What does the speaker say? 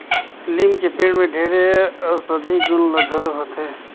लीम के पेड़ में ढेरे अउसधी गुन घलो होथे